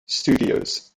studios